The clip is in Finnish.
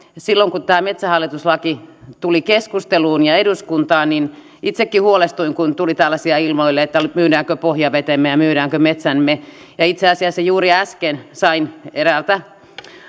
silloin kun tämä metsähallitus laki tuli keskusteluun ja eduskuntaan niin itsekin huolestuin kun tuli ilmoille tällaisia että myydäänkö pohjavetemme ja myydäänkö metsämme itse asiassa juuri äsken sain eräältä